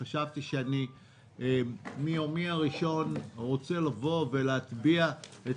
חשבתי שמיומי הראשון אני רוצה לבוא ולהטביע את